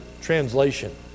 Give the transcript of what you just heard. translation